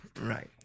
Right